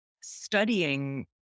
studying